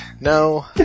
No